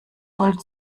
voll